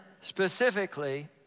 specifically